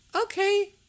Okay